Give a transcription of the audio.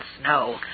snow